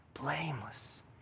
Blameless